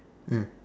mm